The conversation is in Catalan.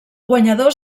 guanyador